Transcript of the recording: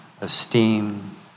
esteem